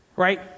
Right